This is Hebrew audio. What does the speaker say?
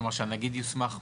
כמו מה, נגיד יוסמך מה?